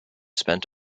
spent